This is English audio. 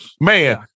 Man